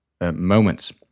moments